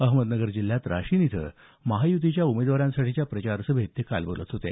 अहमदनगर जिल्ह्यात राशीन इथं महायुतीच्या उमेदवारांसाठीच्या प्रचार सभेत ते बोलत होते